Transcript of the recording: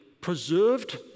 preserved